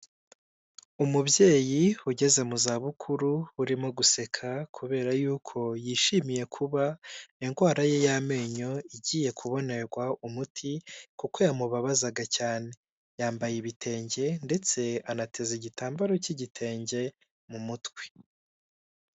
Umubyeyi ugeze mu zabukuru, urimo guseka kubera yuko yishimiye kuba indwara ye y'amenyo igiye kubonerwa umuti, kuko yamubabazaga cyane. Yambaye ibitenge ndetse anateze igitambaro cy'igitenge mu mutwe.